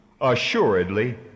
assuredly